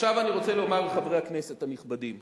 עכשיו אני רוצה לומר לחברי הכנסת הנכבדים,